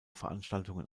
veranstaltungen